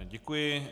Děkuji.